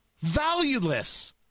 Valueless